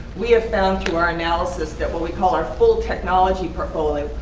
we have found through our analysis that what we call our full technology portfolio,